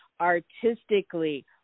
artistically